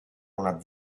una